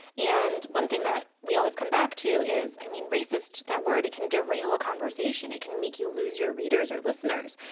and one thing that we always come back to is, i mean, racist, that word, it can derail a conversation. it can make you lose your readers or listeners.